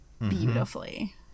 beautifully